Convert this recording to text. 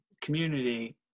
community